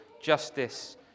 justice